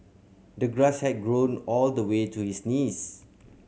the grass had grown all the way to his knees